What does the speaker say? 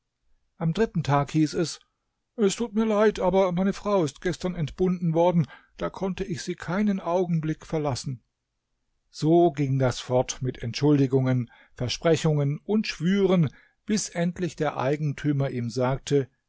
am dritten tag hieß es es tut mir leid aber meine frau ist gestern entbunden worden da konnte ich sie keinen augenblick verlassen so ging das fort mit entschuldigungen versprechungen und schwüren bis endlich der eigentümer ihm sagte